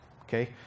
okay